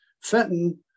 Fenton